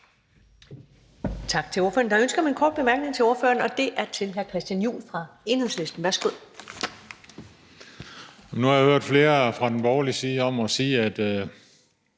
Tak til ordføreren. Der er ønske om en kort bemærkning til ordføreren, og det er fra hr. Christian Juhl fra Enhedslisten. Værsgo. Kl. 15:57 Christian Juhl (EL): Nu har jeg hørt flere fra den borgerlige side sige, at